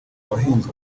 abahinzi